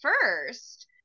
first